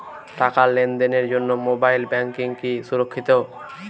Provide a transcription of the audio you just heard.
টাকা লেনদেনের জন্য মোবাইল ব্যাঙ্কিং কি সুরক্ষিত?